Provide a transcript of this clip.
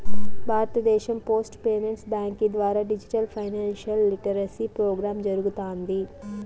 భారతదేశం post payments బ్యాంకీ ద్వారా డిజిటల్ ఫైనాన్షియల్ లిటరసీ ప్రోగ్రామ్ జరగతాంది